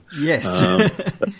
Yes